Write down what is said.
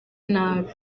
nabi